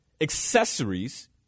accessories